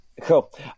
Cool